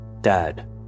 Dad